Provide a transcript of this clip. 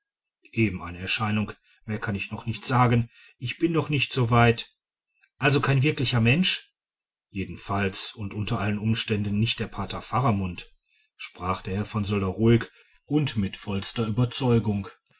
eben eine erscheinung mehr kann ich noch nicht sagen ich bin noch nicht so weit also kein wirklicher mensch jedenfalls und unter allen umständen nicht der pater faramund sprach der herr von söller ruhig und mit vollster überzeugung